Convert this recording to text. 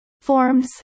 Forms